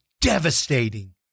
devastating